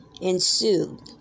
ensued